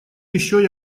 еще